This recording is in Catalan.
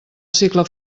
cicle